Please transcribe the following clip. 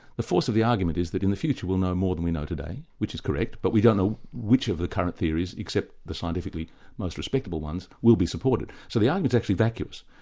the force of the argument is that in the future we'll know more than we know today, which is correct, but we don't know which of the current theories, except the scientifically most respectable ones, will be supportive, so the ah and argument's actually vacuous.